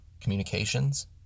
communications